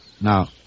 Now